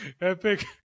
Epic